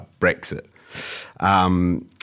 Brexit